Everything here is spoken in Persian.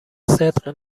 صدق